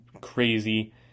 crazy